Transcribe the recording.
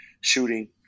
shooting